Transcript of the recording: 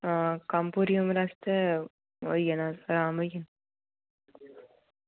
हां कम्म पूरी उमर आस्तै होई जाना राम होई जाना